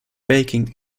baking